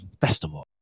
Festival